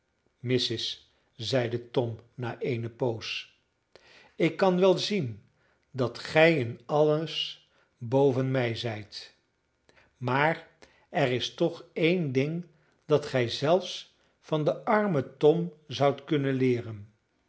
missis zeide tom na eene poos ik kan wel zien dat gij in alles boven mij zijt maar er is toch een ding dat gij zelfs van den armen tom zoudt kunnen leeren